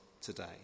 today